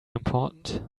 important